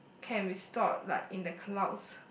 can be stored like in the clouds